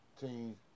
teams